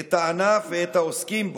את הענף ואת העוסקים בו.